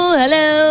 hello